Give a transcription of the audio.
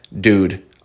dude